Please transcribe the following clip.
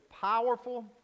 powerful